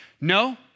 no